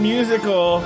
Musical